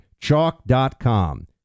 Chalk.com